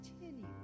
continue